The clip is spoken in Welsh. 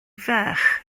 ferch